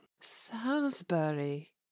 Salisbury